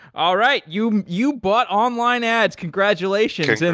all right. you you bought online ads. congratulations! and